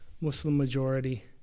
Muslim-majority